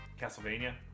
Castlevania